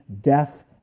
death